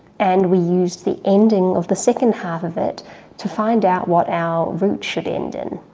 and we used the ending of the second half of it to find out what our root should end in.